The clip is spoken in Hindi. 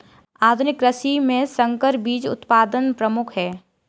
आधुनिक कृषि में संकर बीज उत्पादन प्रमुख है